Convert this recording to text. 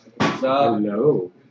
Hello